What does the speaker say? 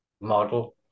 model